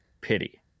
pity